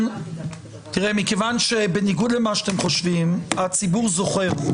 בניגוד למה שאתם חושבים הציבור זוכר.